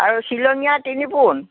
আৰু শ্ৱিলঙীয়া তিনি পোণ